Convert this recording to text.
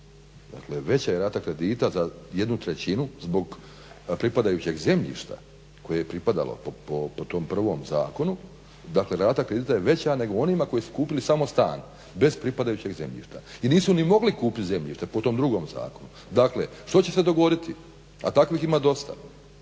dakle veća je rata kredita za 1/3 zbog pripadajućeg zemljišta koje je pripadalo po tom prvom zakonu dakle rata kredita je veća nego onima koji su kupili samo stan bez pripadajućeg zemljišta. I nisu ni mogli kupiti zemljište po tom drugom zakonu. Dakle, što će se dogoditi, a takvih ima dosta?